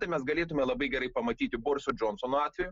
tai mes galėtume labai gerai pamatyti boriso džonsono atveju